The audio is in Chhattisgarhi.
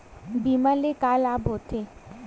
बीमा ले का लाभ होथे?